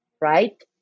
right